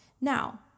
Now